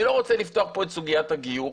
אני לא רוצה לפתוח פה את סוגיית הגיור,